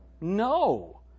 No